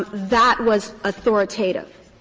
that was authoritative,